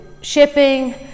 shipping